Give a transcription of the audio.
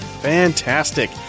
Fantastic